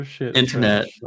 internet